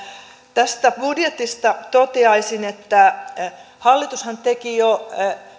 tästä budjetista toteaisin että hallitushan teki jo